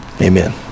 Amen